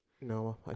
No